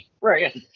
Right